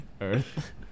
Earth